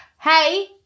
hey